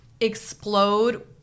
explode